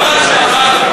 זה לא מה שאמרתי.